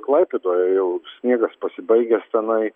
klaipėdoje jau sniegas pasibaigęs tenai